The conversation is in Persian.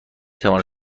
توانم